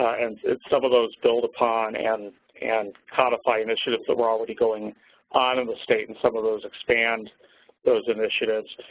ah and, some of those build upon and and codify initiatives that were already going on in the state and some of those expand those initiatives.